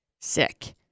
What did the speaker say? sick